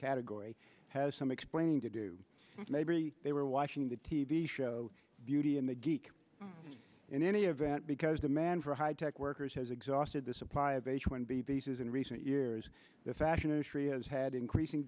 category has some explaining to do maybe they were watching the t v show beauty and the geek in any event because demand for high tech workers has exhausted the supply of h one b visas in recent years the fashion industry has had increasing